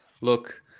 Look